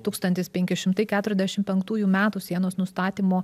tūkstantis penki šimtai keturiasdešimt penktųjų metų sienos nustatymo